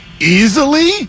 Easily